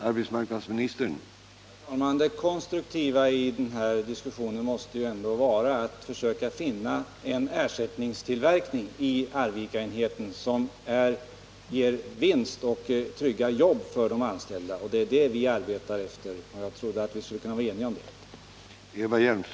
Herr talman! Det konstruktiva i den här diskussionen måste väl ändå vara att försöka finna en ersättningstillverkning i Arvikaenheten, som ger vinst och tryggar jobb för de anställda. Det är det vi arbetar för, och jag trodde att vi skulle kunna vara eniga om det.